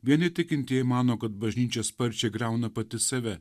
vieni tikintieji mano kad bažnyčia sparčiai griauna pati save